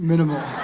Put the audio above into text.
minimal.